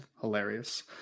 hilarious